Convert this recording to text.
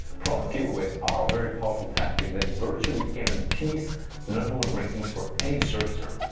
product giveaways are a very powerful tactic that virtually guarantees number one rankings for any search term.